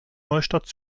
neustadt